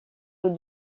eaux